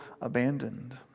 abandoned